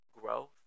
growth